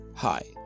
Hi